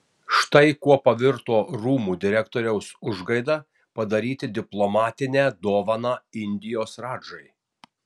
štai kuo pavirto rūmų direktoriaus užgaida padaryti diplomatinę dovaną indijos radžai